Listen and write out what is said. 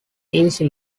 easy